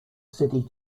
city